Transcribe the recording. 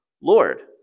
Lord